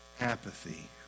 apathy